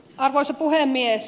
arvoisa puhemies